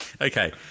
Okay